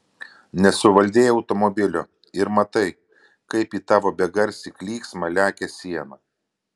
nesuvaldei automobilio ir matai kaip į tavo begarsį klyksmą lekia siena